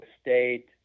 State